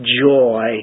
joy